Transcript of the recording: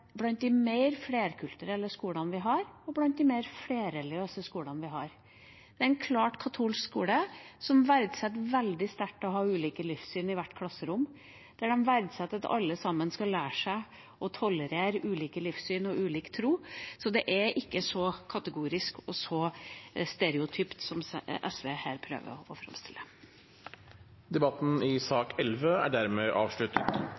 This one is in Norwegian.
blant de mer flerkulturelle skolene vi har, og blant de mer flerreligiøse. Det er en klart katolsk skole som verdsetter veldig sterkt å ha ulike livssyn i hvert klasserom, og der de verdsetter at alle sammen skal lære seg å tolerere ulike livssyn og ulik tro. Det er ikke så kategorisk og så stereotypt som SV her prøver å framstille det som. Debatten i sak nr. 11 er dermed avsluttet.